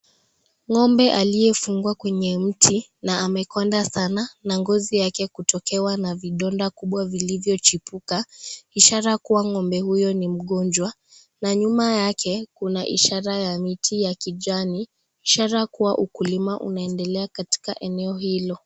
Ngombe aliyefungwa kwenye miti na amekonda Sana na ngozi yake kutokewa na vidonda kubwa vilivyochipuka, ishara kuwa ngombe huyo ni mgonjwa na nyuma yake kuna ishara ya miti ya kijani Ishara kuwa ukulima unaoendelea katika eneo hilo.